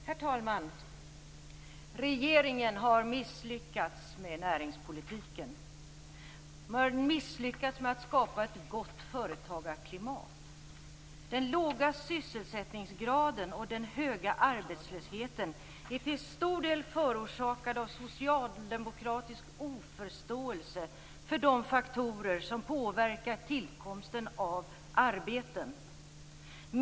Herr talman! Regeringen har misslyckats med näringspolitiken. Man har misslyckats med att skapa ett gott företagarklimat. Den låga sysselsättningsgraden och den höga arbetslösheten är till stor del förorsakad av socialdemokratisk oförståelse för de faktorer som påverkar tillkomsten av arbeten.